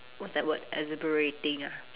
what's that word exhilarating ah